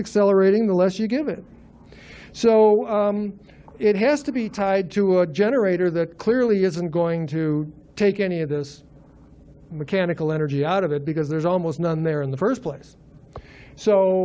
accelerating the less you give it so it has to be tied to a generator that clearly isn't going to take any of this mechanical energy out of it because there's almost none there in the first place so